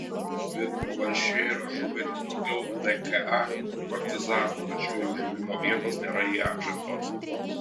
veprių valsčiuje yra žuvę ir daugiau dka partizanų tačiau jų žuvimo vietos nėra įamžintos